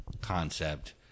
concept